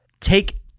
Take